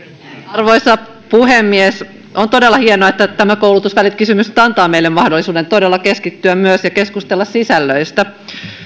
arvoisa puhemies on todella hienoa että tämä koulutusvälikysymys nyt antaa meille mahdollisuuden todella keskittyä myös sisältöihin ja keskustella niistä